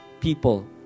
people